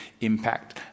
impact